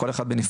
כל אחד בנפרד,